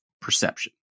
perception